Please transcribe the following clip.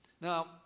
now